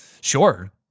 Sure